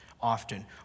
often